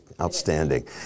Outstanding